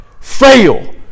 fail